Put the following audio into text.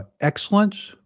excellence